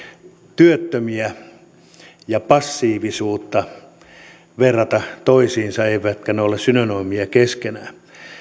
työttömiä ja passiivisuutta verrata toisiinsa eivätkä ne ole synonyymeja keskenään